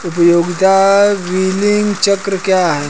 उपयोगिता बिलिंग चक्र क्या है?